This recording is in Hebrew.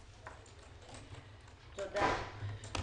תודה.